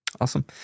Awesome